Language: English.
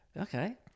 Okay